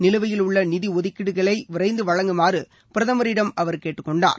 நிலுவையில் உள்ள நிதிஒதுக்கீடுகளை விரைந்து வழங்குமாறு பிரதமரிடம் அவர் கேட்டுக்கொண்டார்